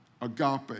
agape